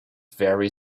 very